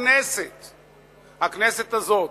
הכנסת הזאת,